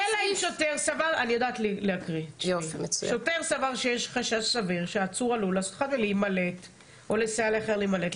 אלא אם שוטר סבר שיש חשש סביר שהעצור עלול להימלט או לסייע לאחר להימלט,